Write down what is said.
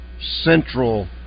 Central